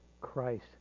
Christ